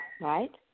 right